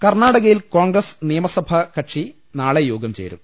കർണാടകയിൽ കോൺഗ്രസ് നിയമസഭാകക്ഷി നാളെ യോഗം ചേരും